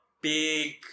big